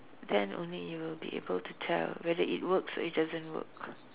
then only you will be able to tell whether it works or it doesn't work